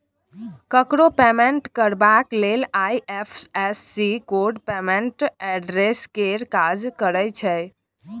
ककरो पेमेंट करबाक लेल आइ.एफ.एस.सी कोड पेमेंट एड्रेस केर काज करय छै